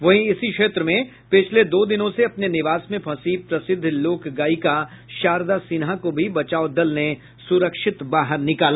वहीं इसी क्षेत्र में पिछले दो दिनों से अपने निवास में फंसी प्रसिद्ध लोक गायिका शारदा सिन्हा को भी बचाव दल ने सुरक्षित बाहर निकाला